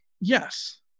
Yes